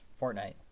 Fortnite